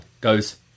goes